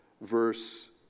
Verse